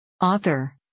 Author